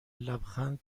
لبخند